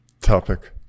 topic